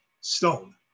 stone